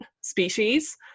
species